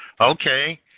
Okay